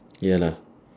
ya lah